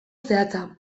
zehatza